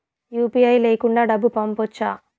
UPI లేకుండా డబ్బు పంపొచ్చా